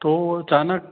तो वो अचानक